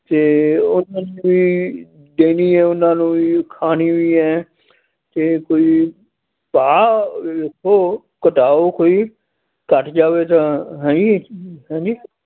ਅਤੇ ਉਹਨਾਂ ਨੂੰ ਵੀ ਦੇਣੀ ਹੈ ਉਹਨਾਂ ਨੂੰ ਵੀ ਖਾਣੀ ਵੀ ਹੈ ਅਤੇ ਕੋਈ ਭਾਅ ਉਹ ਘਟਾਓ ਕੋਈ ਘੱਟ ਜਾਵੇ ਤਾਂ ਹੈਂਜੀ ਹੈਂਜੀ